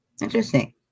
Interesting